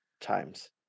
times